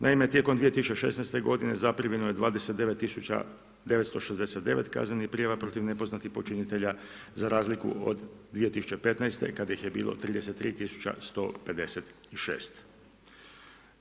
Naime, tijekom 2016. godine zaprimljeno je 29 969 kaznenih prijava protiv nepoznatih počinitelja, za razliku od 2015. kad ih je bilo 33 156.